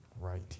right